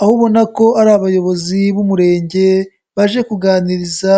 aho ubona ko ari abayobozi b'umurenge baje kuganiriza